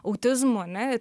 autizmu ane